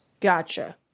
Gotcha